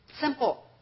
simple